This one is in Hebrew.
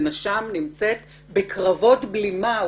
ונש"מ נמצאת בקרבות בלימה?